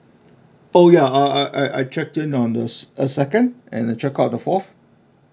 oh ya I I I I checked in on the se~ uh second and I checked out on the fourth